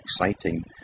exciting